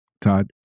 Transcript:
Todd